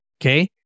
okay